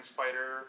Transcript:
Spider